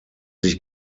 sich